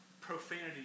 profanity